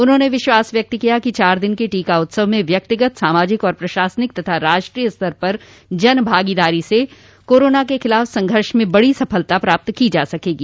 उन्होंने विश्वास व्यक्त किया कि चार दिन के टीका उत्सव में व्यक्तिगत सामाजिक और प्रशासनिक तथा राष्ट्रीय स्तर पर जन भागीदारी से कोरोना के खिलाफ संघर्ष में बड़ी सफलता प्राप्त की जा सकेगी